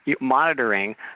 monitoring